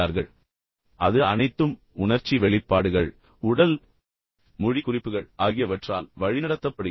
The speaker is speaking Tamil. ஆனால் நமது உள்ளுணர்வு உணர்வுகள் அனைத்தும் உண்மையில் உணர்ச்சி வெளிப்பாடுகள் உடல் மொழி குறிப்புகள் ஆகியவற்றால் வழிநடத்தப்படுகின்றன